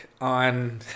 on